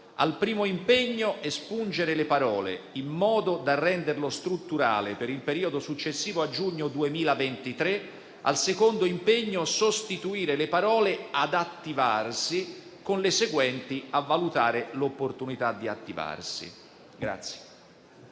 al primo impegno, espungere le parole «in modo da renderlo strutturale per il periodo successivo a giugno 2023»; al secondo impegno, sostituire le parole «ad attivarsi» con le seguenti: «a valutare l'opportunità di attivarsi».